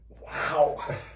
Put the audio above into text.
wow